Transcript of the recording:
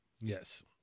yes